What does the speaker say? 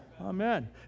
Amen